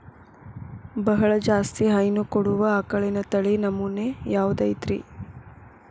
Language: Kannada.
ಬಹಳ ಜಾಸ್ತಿ ಹೈನು ಕೊಡುವ ಆಕಳಿನ ತಳಿ ನಮೂನೆ ಯಾವ್ದ ಐತ್ರಿ?